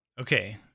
Okay